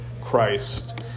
Christ